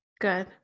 Good